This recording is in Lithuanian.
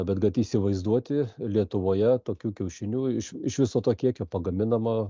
bet kad įsivaizduoti lietuvoje tokių kiaušinių iš iš viso to kiekio pagaminama